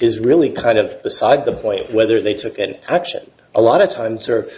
is really kind of beside the point whether they took any action a lot of times or